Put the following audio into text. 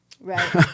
Right